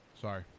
Sorry